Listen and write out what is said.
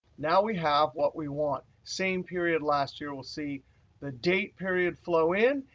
now we have what we want. same period last year we'll see the date period flow in.